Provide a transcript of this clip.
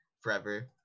forever